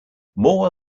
more